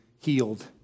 healed